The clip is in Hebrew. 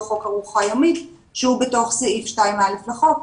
חוק ארוחה יומית שהוא בתוך סעיף 2.א לחוק,